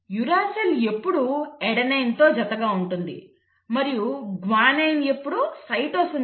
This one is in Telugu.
యురేసిల్ ఎల్లప్పుడూ అడెనైన్తో జతగా ఉంటుంది మరియు గ్వానైన్ ఎల్లప్పుడూ సైటోసిన్తో జత పడుతుంది